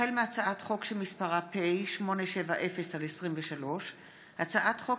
החל מהצעת חוק פ/870/23 וכלה בהצעת חוק